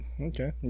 Okay